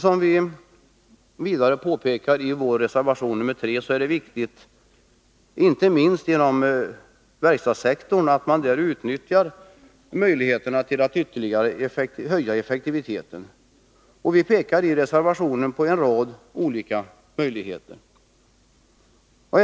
Som vi vidare påpekar i vår reservation 3 är det viktigt, inte minst inom verkstadssektorn, att utnyttja möjligheterna till att ytterligare höja effektiviteten. Vi pekar i reservationen på en rad olika möjligheter.